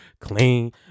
clean